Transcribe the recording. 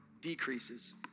decreases